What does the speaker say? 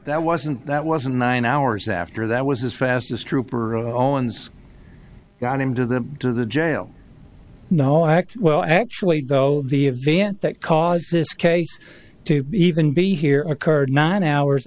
that wasn't that wasn't nine hours after that was as fast as trooper owens got him to the to the jail no act well actually though the event that caused this case to even be here occurred nine hours